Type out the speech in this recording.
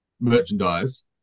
merchandise